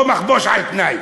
או מחבוש על-תנאי.